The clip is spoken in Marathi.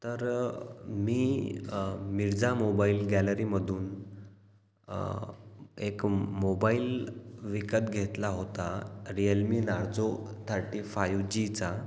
तर मी मिर्झा मोबाइल गॅलरीमधून एक मोबाइल विकत घेतला होता Realme Narzo thirty five G चा